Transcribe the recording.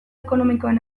ekonomikoen